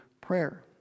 prayer